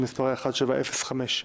שמספרה פ/1705/23.